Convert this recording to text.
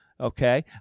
Okay